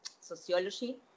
sociology